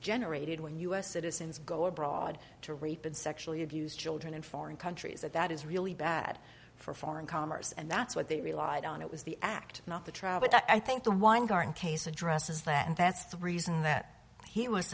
generated when u s citizens go abroad to rape and sexually abuse children in foreign countries that that is really bad for foreign commerce and that's what they relied on it was the act not the trial but i think the weingarten case addresses that and that's the reason that he was